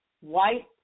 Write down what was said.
white